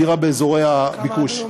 בדירה באזורי הביקוש.